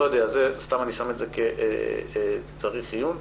אני שם את זה בצריך עיון.